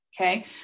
Okay